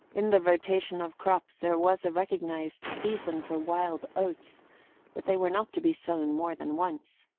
in the rotation of crops there was a recognised season for wild oats but they were not to be sown more than once.